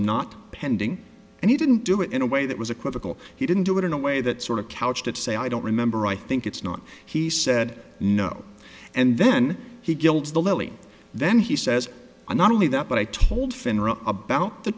not pending and he didn't do it in a way that was a quizzical he didn't do it in a way that sort of couched it to say i don't remember i think it's not he said no and then he gild the lily then he says and not only that but i told finra about the